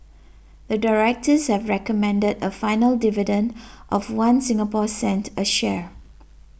the directors have recommended a final dividend of One Singapore cent a share